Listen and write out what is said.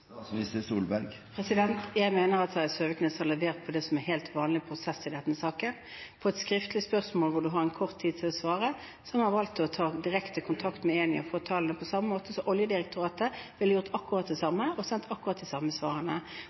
Jeg mener at Terje Søviknes har levert på det som er helt vanlig prosess i denne saken. På et skriftlig spørsmål hvor man har kort tid til å svare, har man valgt å ta direkte kontakt med Eni og få tallene, på samme måte som Oljedirektoratet ville gjort akkurat det, og sendt akkurat de samme svarene.